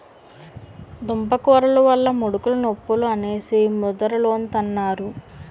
దుంపకూరలు వల్ల ముడుకులు నొప్పులు అనేసి ముదరోలంతన్నారు